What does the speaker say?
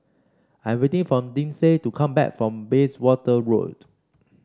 I'm waiting for Lindsay to come back from Bayswater Road